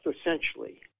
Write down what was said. essentially